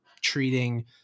treating